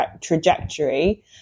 trajectory